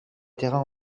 terrain